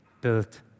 built